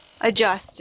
adjusted